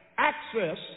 Access